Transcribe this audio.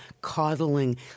coddling